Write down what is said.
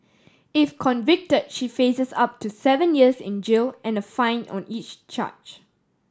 if convicted she faces up to seven years in jail and a fine on each charge